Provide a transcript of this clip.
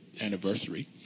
anniversary